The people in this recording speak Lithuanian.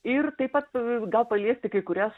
ir taip pat gal paliesti kai kurias